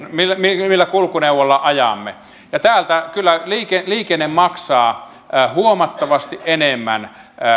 millä kulkuneuvolla ajamme ja täällä kyllä liikenne liikenne maksaa huomattavasti enemmän